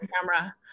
camera